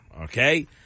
okay